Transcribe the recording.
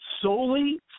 solely